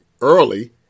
early